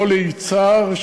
לא ליצהר,